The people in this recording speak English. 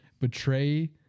betray